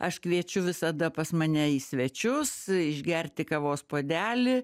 aš kviečiu visada pas mane į svečius išgerti kavos puodelį